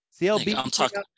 CLB